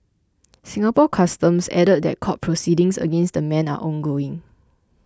Singapore Customs added that court proceedings against the men are ongoing